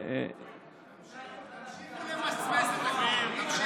תפסיקו למסמס את זה.